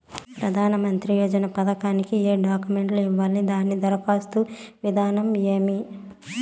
ప్రధానమంత్రి యోజన పథకానికి ఏ డాక్యుమెంట్లు ఇవ్వాలి దాని దరఖాస్తు విధానం ఏమి